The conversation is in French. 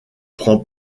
prend